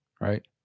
right